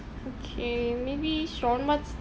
okay maybe sean what's